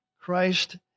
Christ